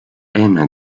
haine